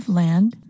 land